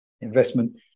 Investment